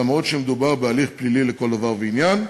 למרות שמדובר בהליך פלילי לכל דבר ועניין.